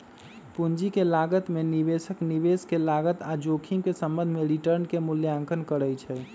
पूंजी के लागत में निवेशक निवेश के लागत आऽ जोखिम के संबंध में रिटर्न के मूल्यांकन करइ छइ